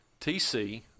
TC